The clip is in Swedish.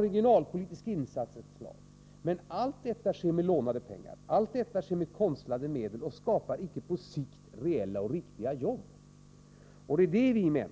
regionalpolitiska insatser under en tid. Men allt detta sker med lånade pengar, med konstlade medel. Det skapar inte riktiga arbeten på sikt.